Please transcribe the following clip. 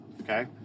Okay